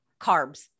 Carbs